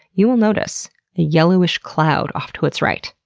you will notice a yellowish cloud off to its right.